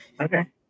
Okay